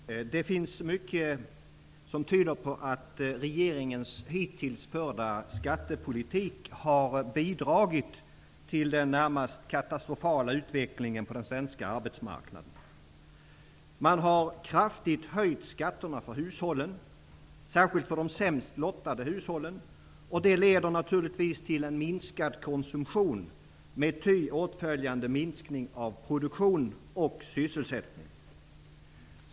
Fru talman! Det finns mycket som tyder på att regeringens hittills förda skattepolitik har bidragit till den närmast katastrofala utvecklingen på den svenska arbetsmarknaden. Man har kraftigt höjt skatterna för hushållen, särskilt för de sämst lottade hushållen. Det leder naturligtvis till en minskad konsumtion med ty åtföljande minskning av produktion och sysselsättning.